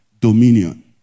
Dominion